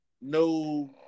No